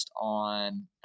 on